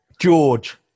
George